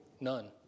none